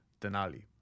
Denali